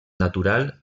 natural